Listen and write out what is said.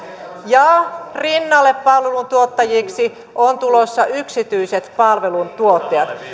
ja rinnalle palveluntuottajiksi ovat tulossa yksityiset palveluntuottajat